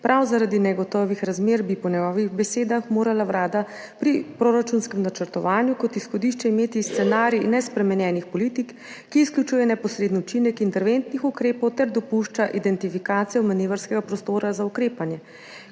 Prav zaradi negotovih razmer bi po njegovih besedah morala Vlada pri proračunskem načrtovanju kot izhodišče imeti scenarij nespremenjenih politik, ki izključuje neposreden učinek interventnih ukrepov ter dopušča identifikacijo manevrskega prostora za ukrepanje.